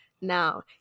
Now